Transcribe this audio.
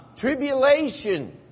Tribulation